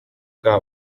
bwa